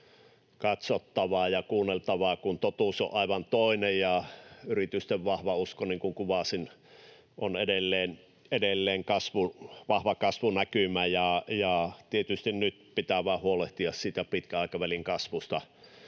katsottavaa ja kuunneltavaa, kun totuus on aivan toinen ja yritysten vahva usko, niin kuin kuvasin, on edelleen vahva kasvunäkymä. Tietysti nyt pitää vain huolehtia siitä pitkän aikavälin kasvusta,